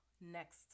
next